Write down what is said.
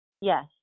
Yes